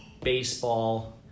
baseball